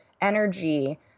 energy